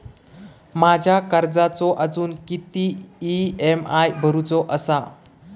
माझ्या कर्जाचो अजून किती ई.एम.आय भरूचो असा?